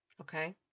Okay